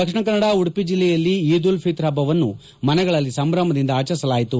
ದಕ್ಷಿಣ ಕನ್ನಡ ಉಡುಪಿ ಜಿಲ್ಲೆಯಲ್ಲಿ ಈದುಲ್ ಫಿತ್ರ್ ಹಬ್ಬವನ್ನು ಮನೆಗಳಲ್ಲೇ ಸಂಭ್ರಮದಿಂದ ಆಚರಿಸಲಾಯಿತು